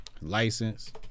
License